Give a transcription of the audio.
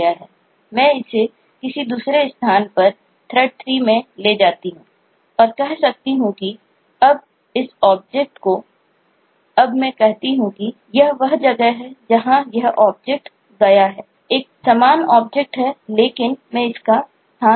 मैं इसे किसी दूसरे स्थान पर Thread 3 मैं ले जाता हूं